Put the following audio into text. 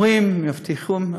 אומרים, מבטיחים.